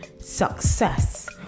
success